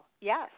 yes